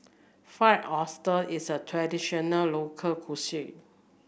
Fried Oyster is a traditional local cuisine